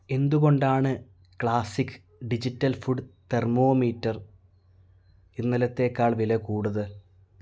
എന്തുകൊണ്ടാണ് classic digital food thermometer ഇന്നലത്തേക്കാൾ വില കൂടുതൽ